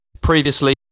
previously